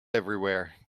everywhere